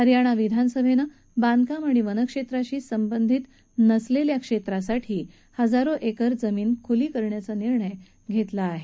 हरयाणा विधानसभेन बांधकाम आणि वनक्षेत्राशी संबंधित नसलेल्या क्षेत्रासाठी हजारो एकर जमीन खुली करण्याचा निर्णय घेतला आहे